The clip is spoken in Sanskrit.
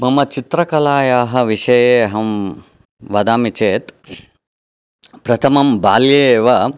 मम चित्रकलायाः विषये अहं वदामि चेत् प्रथमं बाल्ये एव